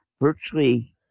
virtually